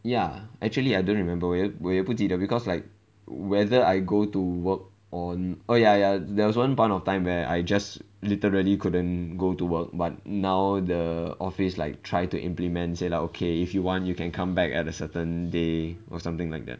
ya actually I don't remember 我也我也不记得 because like whether I go to work on oh ya ya there was one point of time where I just literally couldn't go to work but now the office like try to implement say like okay if you want you can come back at a certain day or something like that